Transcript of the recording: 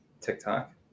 TikTok